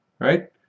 right